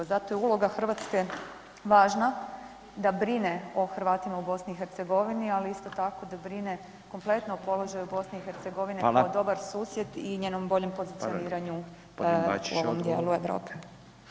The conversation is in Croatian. Zato je uloga Hrvatske važna da brine o Hrvatima u BiH, ali isto tako da brine kompletno o položaju BiH [[Upadica: Hvala.]] kao dobar susjed i njenom boljem pozicioniranju u ovom dijelu Europe.